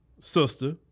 sister